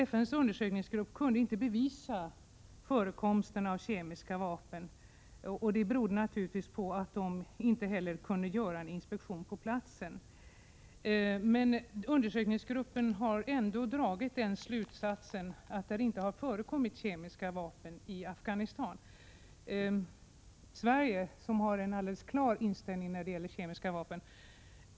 FN:s undersökningsgrupp kunde inte bevisa förekomsten av kemiska vapen i Afghanistan. Det berodde naturligtvis på att man inte heller kunde göra en inspektion på platsen. Undersökningsgruppen har ändå dragit den slutsatsen att det kan ha förekommit kemiska vapen i Afghanistan. Sverige har en alldeles klar inställning i fråga om kemiska vapen.